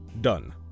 Done